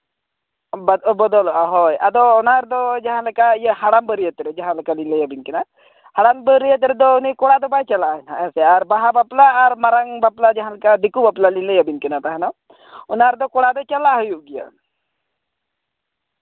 ᱵᱚᱫᱚᱞᱚᱜᱼᱟ ᱦᱳᱭ ᱟᱫᱚ ᱚᱱᱟ ᱨᱮᱫᱚ ᱡᱟᱦᱟᱸᱞᱮᱠᱟ ᱤᱭᱟᱹ ᱦᱟᱲᱟᱢ ᱵᱟᱹᱨᱭᱟᱹᱛ ᱨᱮ ᱡᱟᱦᱟᱸᱞᱮᱠᱟ ᱞᱤᱧ ᱞᱟᱹᱭᱟᱵᱤᱱ ᱠᱟᱱᱟ ᱦᱟᱲᱟᱢ ᱵᱟᱹᱨᱭᱟᱹᱛ ᱨᱮᱫᱚ ᱩᱱᱤ ᱠᱚᱲᱟ ᱫᱚ ᱵᱟᱭ ᱪᱟᱞᱟᱜᱼᱟ ᱦᱮᱸᱥᱮ ᱟᱨ ᱵᱟᱦᱟ ᱵᱟᱯᱞᱟ ᱟᱨ ᱢᱟᱨᱟᱝ ᱵᱟᱯᱞᱟ ᱡᱟᱦᱟᱸᱞᱮᱠᱟ ᱫᱤᱠᱩ ᱵᱟᱯᱞᱟ ᱞᱤᱧ ᱞᱟᱹᱭᱟᱵᱤᱱ ᱛᱟᱦᱮᱸᱱᱚᱜ ᱚᱱᱟ ᱨᱮᱫᱚ ᱠᱚᱲᱟ ᱫᱚ ᱪᱟᱞᱟᱜ ᱦᱩᱭᱩᱜ ᱜᱮᱭᱟ